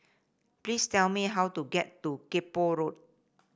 please tell me how to get to Kay Poh Road